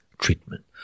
treatment